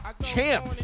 champ